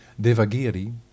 Devagiri